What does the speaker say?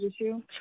issue